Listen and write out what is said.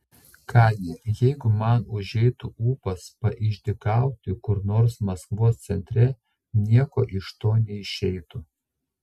ką gi jeigu man užeitų ūpas paišdykauti kur nors maskvos centre nieko iš to neišeitų